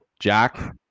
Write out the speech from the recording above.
Jack